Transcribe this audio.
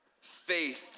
Faith